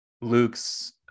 Luke's